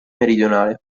meridionale